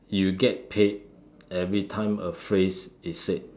you get paid every time a phrase is said